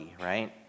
right